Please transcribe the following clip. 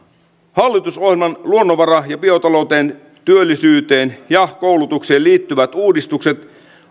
hallitusohjelman luonnonvara ja biotalouteen työllisyyteen ja koulutukseen liittyvät uudistukset